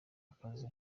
akazi